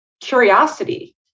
curiosity